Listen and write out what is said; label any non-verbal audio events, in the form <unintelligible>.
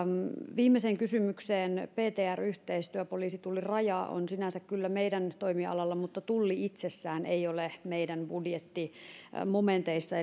viimeiseen kysymykseen ptr yhteistyö poliisi tulli ja raja on sinänsä kyllä meidän toimialallamme mutta tulli itsessään ei ole meidän budjettimomenteissamme <unintelligible>